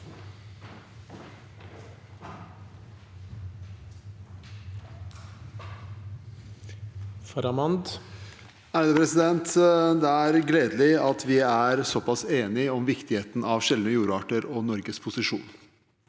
Det er glede- lig at vi er såpass enige om viktigheten av sjeldne jordarter og Norges posisjon.